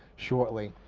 shortly.